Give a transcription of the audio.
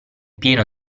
pieno